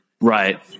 Right